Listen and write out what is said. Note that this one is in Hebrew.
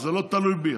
אז זה לא תלוי בי.